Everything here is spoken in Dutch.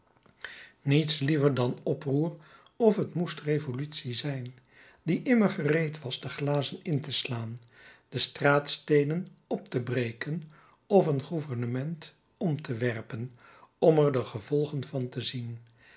niets liever dan oproer of t moest revolutie zijn die immer gereed was de glazen in te slaan de straatsteenen op te breken of een gouvernement om te werpen om er de gevolgen van te zien